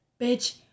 bitch